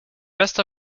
rest